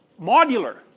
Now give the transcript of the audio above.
modular